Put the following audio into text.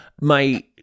my-